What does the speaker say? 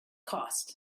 cost